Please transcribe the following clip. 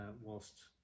whilst